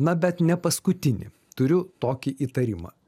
na bet nepaskutinį turiu tokį įtarimą